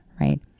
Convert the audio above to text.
right